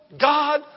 God